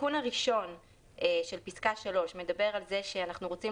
התיקון הראשון של פסקה (3) מדבר על זה שאנחנו רוצים